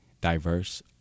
diverse